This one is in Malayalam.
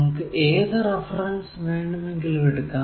നമുക്ക് ഏതു റഫറൻസ് വേണമെങ്കിലും എടുക്കാം